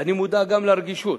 אני מודע גם לרגישות.